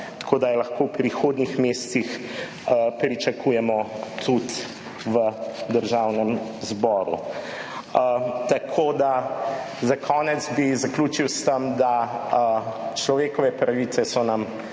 tako da jo lahko v prihodnjih mesecih pričakujemo tudi v Državnem zboru. Za konec bi zaključil s tem, da so nam človekove pravice na